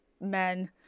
men